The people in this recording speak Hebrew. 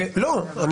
כי אני